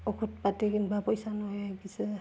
ঔষধ পাতি কিনিব পইচা নোহোৱা হৈ গৈছে